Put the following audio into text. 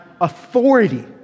authority